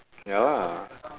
ya lah